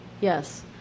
Yes